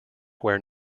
where